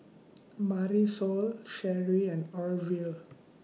Marisol Sheri and Orvil